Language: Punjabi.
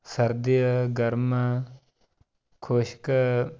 ਸਰਦ ਹੈ ਗਰਮ ਖੁਸ਼ਕ